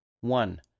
One